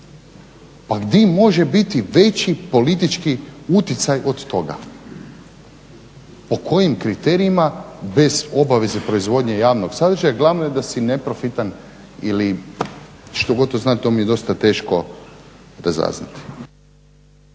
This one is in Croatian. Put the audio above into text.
A gdje može biti veći politički utjecaj od toga? Po kojim kriterijima bez obaveze proizvodnje javnog sadržaja, glavno je da si neprofitan ili što god to znači, to mi je dosta teško razaznati.